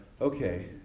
okay